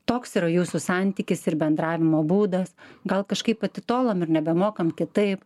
toks yra jūsų santykis ir bendravimo būdas gal kažkaip atitolom ir nebemokam kitaip